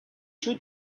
шүү